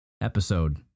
episode